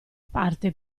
parte